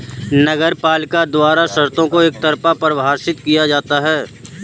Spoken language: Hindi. नगरपालिका द्वारा शर्तों को एकतरफा परिभाषित किया जाता है